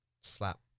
Slap